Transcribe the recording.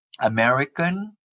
american